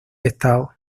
estado